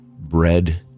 bread